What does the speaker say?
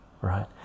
right